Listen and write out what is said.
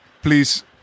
Please